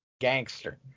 gangster